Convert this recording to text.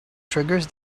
triggers